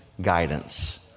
guidance